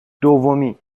دومی